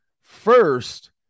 first